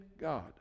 God